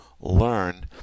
learn